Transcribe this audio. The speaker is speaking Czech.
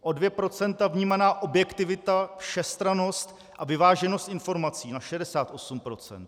O 2 % vnímaná objektivita, všestrannost a vyváženost informací na 68 %.